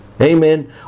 Amen